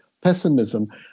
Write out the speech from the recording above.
pessimism